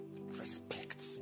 respect